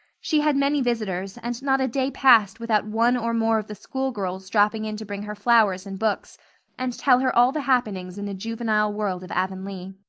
she had many visitors and not a day passed without one or more of the schoolgirls dropping in to bring her flowers and books and tell her all the happenings in the juvenile world of avonlea.